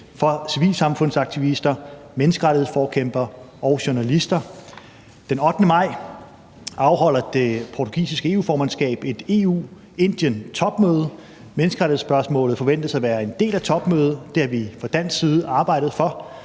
for civilsamfundsaktivister, menneskerettighedsforkæmpere og journalister. Den 8. maj afholder det portugisiske EU-formandskab et EU-Indien-topmøde, og menneskerettighedsspørgsmålet forventes at være en del af topmødet, det har vi fra dansk side arbejdet for,